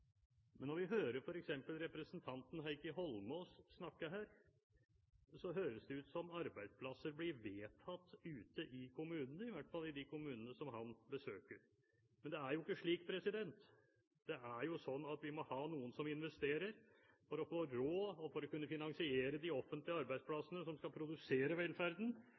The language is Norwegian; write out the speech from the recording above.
Men når vi hører f.eks. representanten Heikki Holmås snakke her, høres det ut som om arbeidsplasser blir vedtatt ute i kommunene, i hvert fall i de kommunene som han besøker. Men det er jo ikke slik. Det er jo sånn at vi må ha noen som investerer. For å få råd og for å kunne finansiere de offentlige arbeidsplassene som skal produsere velferden,